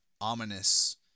ominous